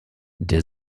der